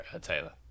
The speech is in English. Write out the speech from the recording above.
Taylor